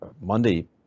Monday